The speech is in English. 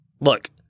Look